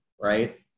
right